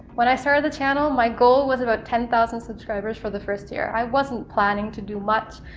when i started the channel my goal was about ten thousand subscribers for the first year. i wasn't planning to do much.